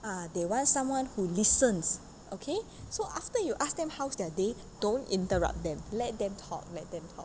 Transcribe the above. ah they want someone who listens okay so after you ask them how's their day don't interrupt them let them talk let them talk